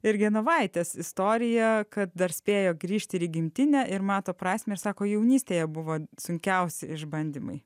ir genovaitės istorija kad dar spėjo grįžti ir į gimtinę ir mato prasmę sako jaunystėje buvo sunkiausi išbandymai